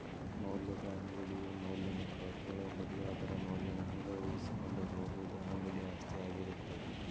ಮೌಲ್ಯದ ಅಂಗಡಿಯು ಮೌಲ್ಯನ ಕಳ್ಕೊಳ್ಳೋ ಬದ್ಲು ಅದರ ಮೌಲ್ಯನ ಹಂಗ ಉಳಿಸಿಕೊಂಡ ಹೋಗುದ ಅಂಗಡಿ ಆಸ್ತಿ ಆಗಿರತ್ತ